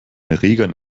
erregern